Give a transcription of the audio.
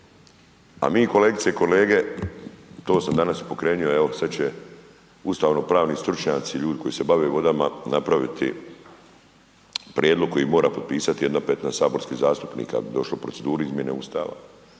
a mi kolegice i kolege, to sam danas i pokrenuo, evo sad će ustavno pravni stručnjaci, ljudi koji se bave vodama, napraviti prijedlog koji mora potpisati 1/5 saborskih zastupnika da bi došli u proceduru izmjene Ustava,